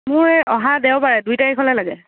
মোৰ এই অহা দেওবাৰে দুই তাৰিখলৈ লাগে